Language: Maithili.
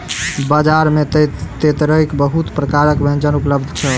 बजार में तेतैरक बहुत प्रकारक व्यंजन उपलब्ध छल